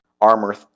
armor